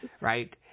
right